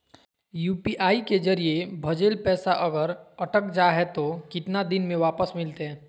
UPI के जरिए भजेल पैसा अगर अटक जा है तो कितना दिन में वापस मिलते?